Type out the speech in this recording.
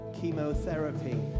chemotherapy